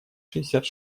шестьдесят